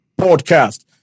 Podcast